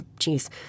Jeez